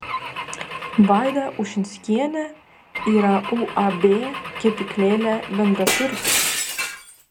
vaida ušinskienė yra uab kepyklėlė bendraturtė